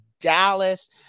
Dallas